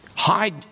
hide